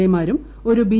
A മാരും ഒരു B